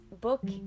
book